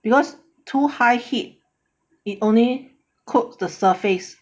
because too high heat it only cook the surface